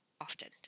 often